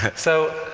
so,